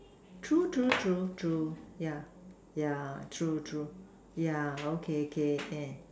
true true true true yeah yeah true true yeah okay okay eh